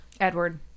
edward